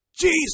Jesus